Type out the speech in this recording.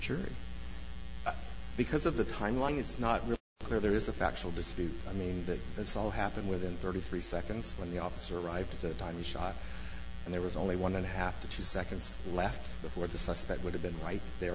jury because of the timeline it's not really clear there is a factual dispute i mean that it's all happened within thirty three seconds when the officer arrived at the time he shot and there was only one and a half to two seconds left before the suspect would have been right there